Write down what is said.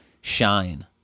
Shine